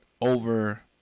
over